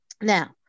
Now